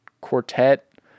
quartet